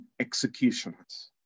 executioners